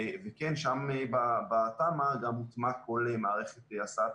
וכן שם בתמ"א גם מוטמע כל מערכת הסעת